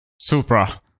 Supra